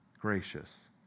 gracious